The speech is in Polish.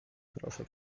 proszę